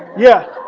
yeah.